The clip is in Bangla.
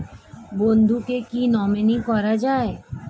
বন্ধুকে কী নমিনি করা যায়?